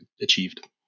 achieved